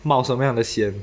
冒什么样的险